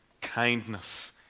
kindness